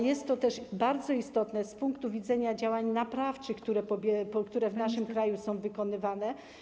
Jest to też bardzo istotne z punktu widzenia działań naprawczych, które w naszym kraju są wykonywane.